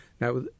Now